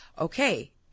okay